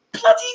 Bloody